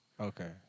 Okay